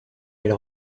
elle